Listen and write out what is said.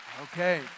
Okay